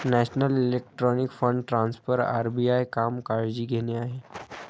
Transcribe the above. national electronic fund transfer RBI काम काळजी घेणे आहे